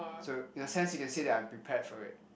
so in a sense you can say that I am prepared for it